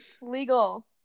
Legal